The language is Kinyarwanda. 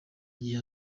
igihe